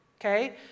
Okay